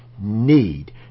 need